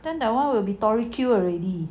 then that [one] will be tori Q already